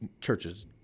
churches